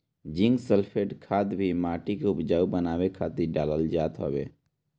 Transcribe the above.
zinc sulphate खाद भी माटी के उपजाऊ बनावे खातिर डालल जात हवे